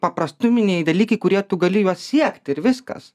paprastuminiai dalykai kurie tu gali juos siekti ir viskas